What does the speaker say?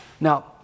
Now